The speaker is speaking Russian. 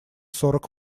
сорок